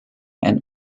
and